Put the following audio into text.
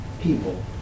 people